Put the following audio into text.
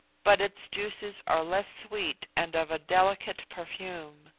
but its juices are less sweet and of a delicate perfume.